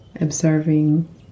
Observing